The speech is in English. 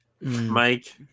Mike